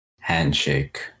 Handshake